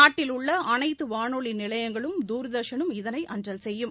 நாட்டில் உள்ள அனைத்துவானொலிநிலையங்களும் தூர்தர்ஷனும் இதனை அஞ்சல் செய்யும்